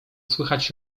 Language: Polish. słychać